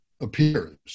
appears